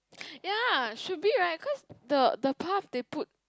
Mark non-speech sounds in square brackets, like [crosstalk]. [noise] ya should be right cause the the path they put